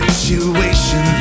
situation